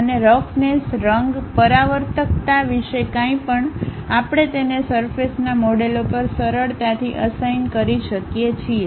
અને રફનેસ રંગ પરાવર્તકતા વિશે કંઈપણ આપણે તેને સરફેસના મોડેલો પર સરળતાથી અસાઇન કરી શકીએ છીએ